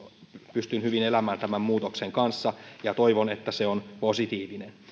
pystyn hyvin elämään tämän muutoksen kanssa ja toivon että se on positiivinen